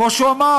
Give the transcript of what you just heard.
כמו שהוא אמר,